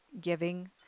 giving